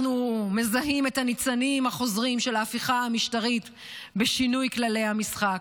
אנחנו מזהים את הניצנים החוזרים של ההפיכה המשטרית בשינוי כללי המשחק.